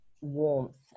warmth